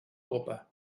popa